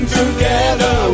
together